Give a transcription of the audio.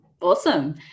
Awesome